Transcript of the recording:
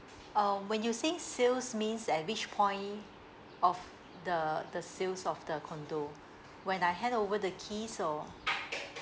um when you say sales means at which point of the the sales of the condo when I handover the keys or